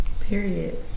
Period